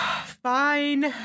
Fine